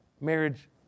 marriage